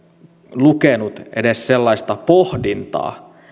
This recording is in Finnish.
lukenut edes sellaista pohdintaa